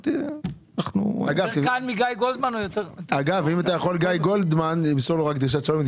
אם אתה יכול, תמסור דרישת שלום לגיא גולדמן.